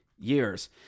years